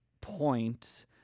point